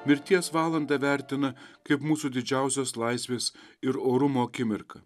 mirties valandą vertina kaip mūsų didžiausios laisvės ir orumo akimirką